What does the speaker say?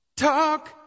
Talk